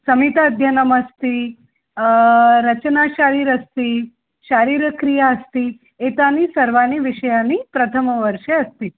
संहिता अध्ययनमस्ति रचानाशरीरम् अस्ति शारीरक्रिया अस्ति एतानि सर्वाणि विषयाणि प्रथमवर्षे अस्ति